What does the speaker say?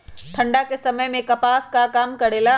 ठंडा के समय मे कपास का काम करेला?